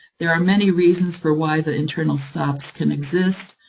there are many reasons for why the internal stops can exist,